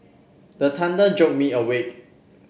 the thunder jolt me awake